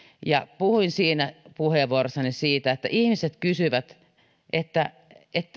puhuin siinä puheenvuorossani siitä että ihmiset kysyvät että